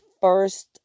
first